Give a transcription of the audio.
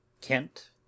Kent